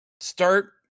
start